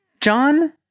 John